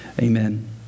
Amen